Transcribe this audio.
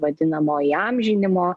vadinamo įamžinimo